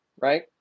right